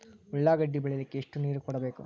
ಉಳ್ಳಾಗಡ್ಡಿ ಬೆಳಿಲಿಕ್ಕೆ ಎಷ್ಟು ನೇರ ಕೊಡಬೇಕು?